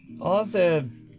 Awesome